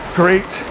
great